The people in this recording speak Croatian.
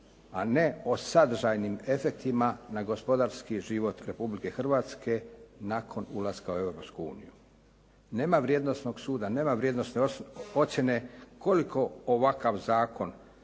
a ne o sadržajnim efektima na gospodarski život Republike Hrvatske nakon ulaska u Europsku uniju. Nema vrijednosnog suda, nema vrijednosne ocjene koliko ovakav zakon